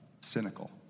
cynical